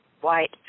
white